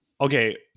okay